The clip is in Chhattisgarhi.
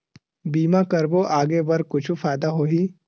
बीमा करबो आगे बर कुछु फ़ायदा होही?